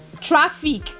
Traffic